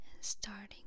starting